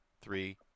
three